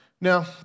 Now